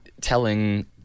telling